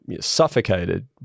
suffocated